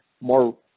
more